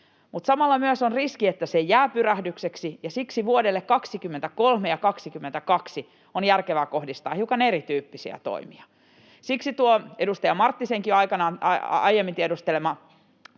samalla myös on riski, että se jää pyrähdykseksi, ja siksi vuodelle 23 ja 22 on järkevää kohdistaa hiukan erityyppisiä toimia. Siksi tuon edustaja Marttisenkaan aiemmin tiedusteleman